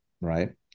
right